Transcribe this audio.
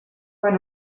quan